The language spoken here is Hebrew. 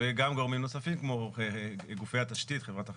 וגם גורמים נוספים כמו גופי התשתית חברת החשמל,